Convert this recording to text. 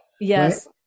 Yes